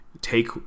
take